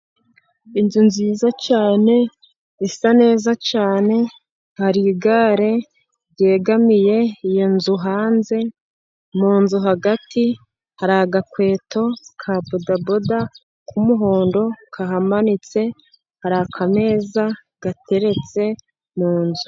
Inzu nziza cyane, isa neza cyane, hari igare ryegamiye iyo nzu hanze. Mu nzu hagati hari agakweto ka bodaboda k'umuhondo kahamanitse, hari akameza gateretse mu nzu.